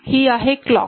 ही आहे क्लॉक